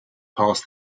past